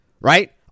right